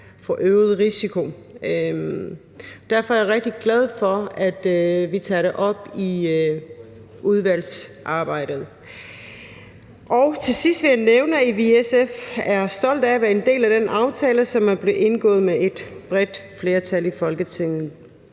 forøgede risiko, og derfor er jeg rigtig glad for, at vi tager det op i udvalgsarbejdet. Til sidst vil jeg nævne, at vi i SF er stolte af at være en del af den aftale, som er blevet indgået med et bredt flertal i Folketinget.